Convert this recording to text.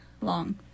long